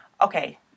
Okay